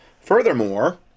Furthermore